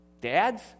Dads